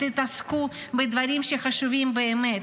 תתעסקו בדברים שחשובים באמת.